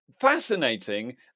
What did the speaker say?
fascinating